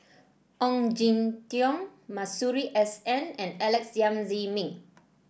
Ong Jin Teong Masuri S N and Alex Yam Ziming